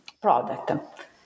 product